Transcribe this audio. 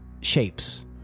shapes